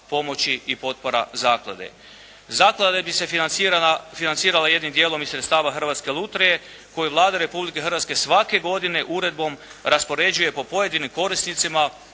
pomoći i potpora zaklade. Zaklada bi se financirala jednim dijelom iz sredstava Hrvatske lutrije koju Vlada Republike Hrvatske svake godine uredbom raspoređuje po pojedinim korisnicima,